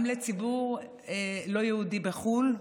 גם לציבור לא יהודי בחו"ל.